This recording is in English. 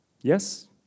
Yes